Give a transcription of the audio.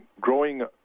growing